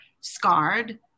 scarred